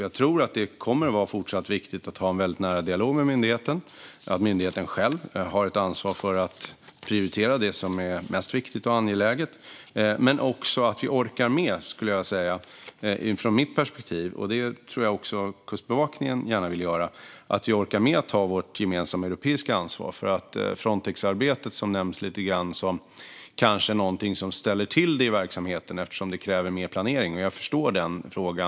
Jag tror att det kommer att vara fortsatt viktigt att ha en väldigt nära dialog med myndigheten och att myndigheten själv har ansvar för att prioritera det som är mest viktigt och angeläget. Från mitt perspektiv - och även Kustbevakningens, tror jag - är det också viktigt att vi orkar med att ta vårt gemensamma europeiska ansvar för Frontexarbetet, som av interpellanten nämns lite grann som någonting som kanske ställer till det i verksamheten, eftersom det kräver mer planering. Jag förstår den frågan.